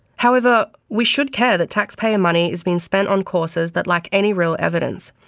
however, we should care that taxpayer money is being spent on courses that lack any real evidence.